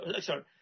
sorry